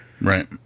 right